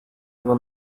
dua